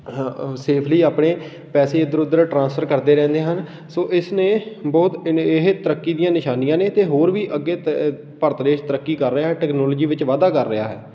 ਹਾਂ ਸੇਫਲੀ ਆਪਣੇ ਪੈਸੇ ਇੱਧਰ ਉੱਧਰ ਟ੍ਰਾਂਸਫਰ ਕਰਦੇ ਰਹਿੰਦੇ ਹਨ ਸੋ ਇਸ ਨੇ ਬਹੁਤ ਇਨ ਇਹ ਤਰੱਕੀ ਦੀਆਂ ਨਿਸ਼ਾਨੀਆਂ ਨੇ ਅਤੇ ਹੋਰ ਵੀ ਅੱਗੇ ਤ ਭਾਰਤ ਦੇਸ਼ ਤਰੱਕੀ ਕਰ ਰਿਹਾ ਹੈ ਟੈਕਨੋਲੌਜੀ ਵਿੱਚ ਵਾਧਾ ਕਰ ਰਿਹਾ ਹੈ